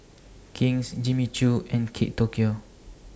King's Jimmy Choo and Kate Tokyo